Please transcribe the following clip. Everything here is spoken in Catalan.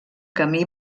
camí